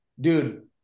dude